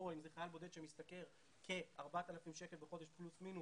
או אם זה חייל בודד שמשתכר כ-4,000 שקלים בחודש פלוס-מינוס,